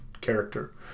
character